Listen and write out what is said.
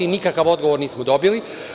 Nikakav odgovor nismo dobili.